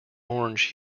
orange